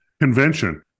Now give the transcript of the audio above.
convention